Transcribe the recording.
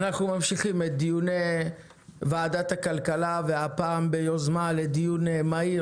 אנחנו ממשיכים את דיוני ועדת הכלכלה והפעם ביוזמה לדיון מהיר